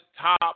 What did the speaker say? top